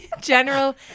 General